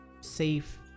safe